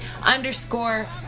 underscore